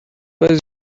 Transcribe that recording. was